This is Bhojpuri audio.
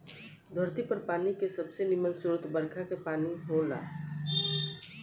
धरती पर पानी के सबसे निमन स्रोत बरखा के पानी होला